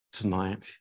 tonight